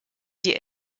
die